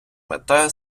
метою